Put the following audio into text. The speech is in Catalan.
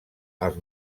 als